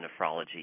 nephrology